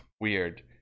weird